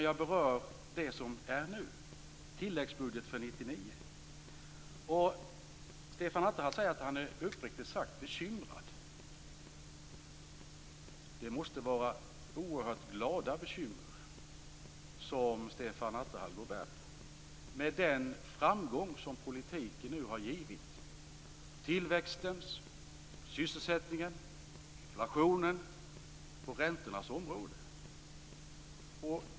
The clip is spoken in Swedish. Jag berör det som är nu, dvs. tilläggsbudget för 1999. Stefan Attefall säger att han är uppriktigt bekymrad. Det måste vara oerhört glada bekymmer som Stefan Attefall går och bär på med den framgång som politiken nu har givit på tillväxtens, sysselsättningens, inflationens och räntornas område.